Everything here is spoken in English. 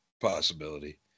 possibility